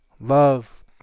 Love